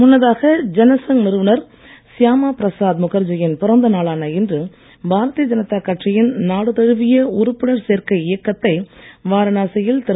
முன்னதாக ஜனசங் நிறுவனர் சியாமா பிரசாத் முகர்ஜியின் பிறந்தநாளான இன்று பாரதிய ஜனதா கட்சியின் நாடு தழுவிய உறுப்பினர் சேர்க்கை இயக்கத்தை வாரணாசியில் திரு